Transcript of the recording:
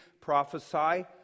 prophesy